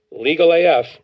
LegalAF